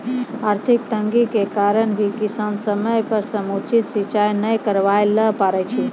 आर्थिक तंगी के कारण भी किसान समय पर समुचित सिंचाई नाय करवाय ल पारै छै